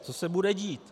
Co se bude dít?